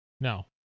No